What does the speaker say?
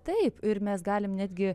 taip ir mes galim netgi